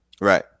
right